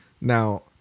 now